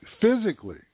physically